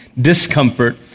discomfort